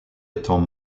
étant